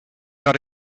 got